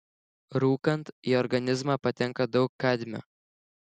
rūkant į organizmą patenka daug kadmio